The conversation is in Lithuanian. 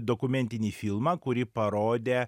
dokumentinį filmą kurį parodė